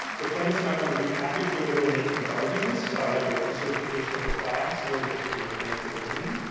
the plaintiffs might want to repackage the way they're making their arguments, whether it's the certification of the class or the particular claims they're bringing.